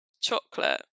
chocolate